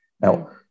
Now